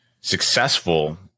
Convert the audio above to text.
successful